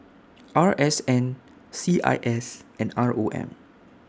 R S N C I S and R O M